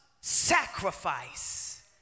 sacrifice